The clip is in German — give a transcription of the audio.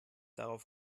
darauf